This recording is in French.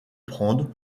prendre